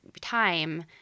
time